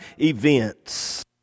events